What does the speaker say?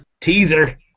Teaser